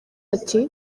ati